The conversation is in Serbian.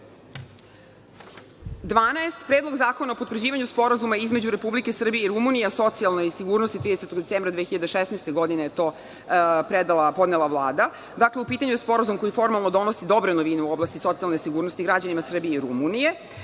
oblika. Predlog zakona o potvrđivanju Sporazuma između Republike Srbije i Rumunije o socijalnoj sigurnosti, 30. decembra 2016. godine je to podnela Vlada. Dakle, u pitanju je sporazum koji formalno donosi dobre novine u oblasti socijalne sigurnosti građanima Srbije i Rumunije,